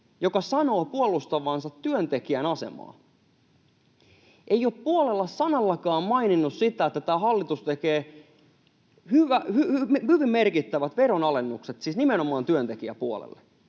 joka sanoo puolustavansa työntekijän asemaa, ei ole puolella sanallakaan maininnut sitä, että tämä hallitus tekee hyvin merkittävät veronalennukset, siis nimenomaan työntekijäpuolelle.